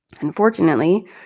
Unfortunately